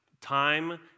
Time